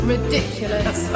Ridiculous